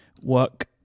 work